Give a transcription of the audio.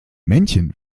männchen